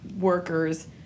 workers